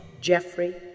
Jeffrey